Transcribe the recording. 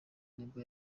nibwo